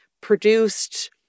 produced